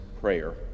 prayer